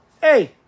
hey